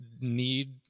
need